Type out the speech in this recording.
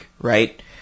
right